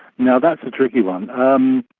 now, that's a tricky one. um